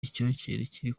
kiri